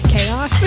Chaos